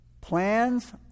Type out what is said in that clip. Plans